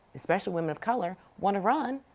especially women of color, want to run,